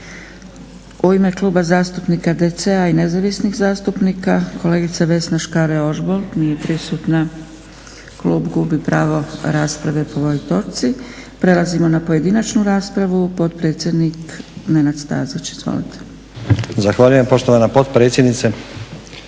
U ime Kluba zastupnika DC-a i nezavisnih zastupnika kolegica Vesna Škare-Ožbolt. Nije prisutna, klub gubi pravo rasprave po ovoj točci. Prelazimo na pojedinačnu raspravu. Potpredsjednik Nenad Stazić, izvolite. **Stazić, Nenad (SDP)** Zahvaljujem poštovana potpredsjednice.